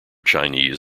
chinese